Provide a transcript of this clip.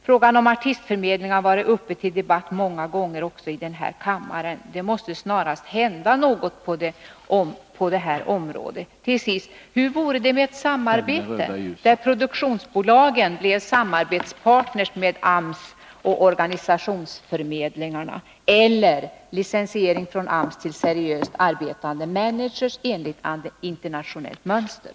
Frågan om artistförmedling har varit uppe till debatt många gånger, också i denna kammare. Det måste snarast hända något på det här området. Till sist: Hur vore det med ett samarbete, där produktionsbolagen blev samarbetspartner med AMS och organisationsförmedlingarna, eller licensiering från AMS till seriöst arbetande manager enligt internationellt mönster?